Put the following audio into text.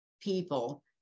people